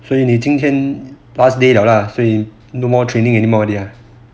所以你今天 last day 了 lah so no more training anymore already ah